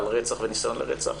שמדובר על רצח וניסיון לרצח.